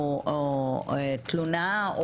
או תלונה,